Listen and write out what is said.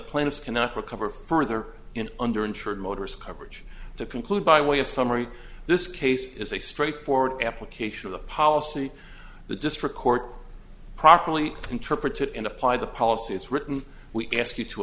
recover further in under insured motorists coverage to conclude by way of summary this case is a straight forward application of the policy the district court properly interpreted and applied the policy is written we ask you to